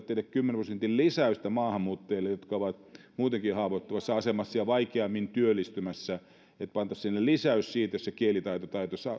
tehdä kymmenen prosentin lisäystä maahanmuuttajille jotka ovat muutenkin haavoittuvassa asemassa ja vaikeammin työllistymässä ja että pannaan sinne lisäys jos se kielitaito